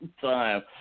time